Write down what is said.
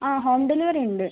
ആ home delivery ഉണ്ട്